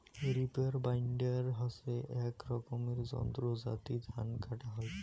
reaper binder হসে আক রকমের যন্ত্র যাতি ধান কাটা হই